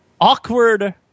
awkward